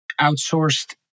outsourced